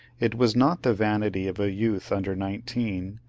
it was not the vanity of a youth under nineteen,